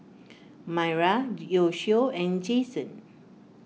Myra Yoshio and Jasen